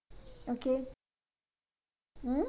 okay hmm